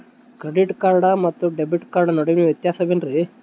Credit card ಮತ್ತು debit card ನಡುವಿನ ವ್ಯತ್ಯಾಸ ವೇನ್ರೀ?